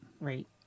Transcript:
Right